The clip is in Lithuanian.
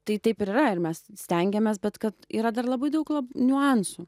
tai taip yra ir mes stengiamės bet kad yra dar labai daug niuansų